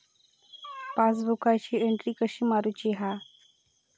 पासबुकाची एन्ट्री कशी मारुची हा?